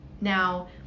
Now